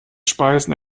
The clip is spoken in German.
speisen